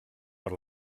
per